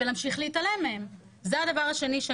אני מרגישה שמדיון לדיון אנחנו